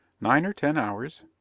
nine or ten hours?